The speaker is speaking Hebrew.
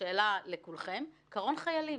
קרון חיילים.